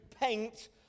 paint